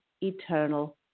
eternal